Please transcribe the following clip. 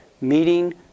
meeting